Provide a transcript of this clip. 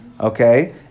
okay